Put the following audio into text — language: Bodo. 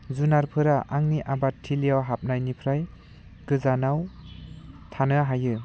जुनारफोरा आंनि आबादथिलियाव हाबनायनिफ्राय गोजानाव थानो हायो